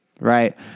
Right